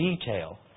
detail